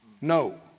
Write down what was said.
No